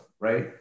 Right